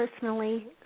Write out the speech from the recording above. personally